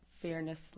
fairness